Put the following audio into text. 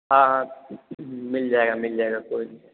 हाँ हाँ मिल जाएगा मिल जाएगा कोई दिक्क्त नहीं है